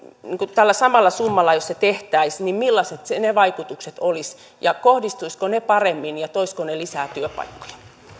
tällä samalla summalla niin millaiset ne vaikutukset olisivat kohdistuisivatko ne paremmin ja toisivatko ne lisää työpaikkoja